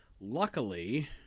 luckily